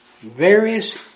various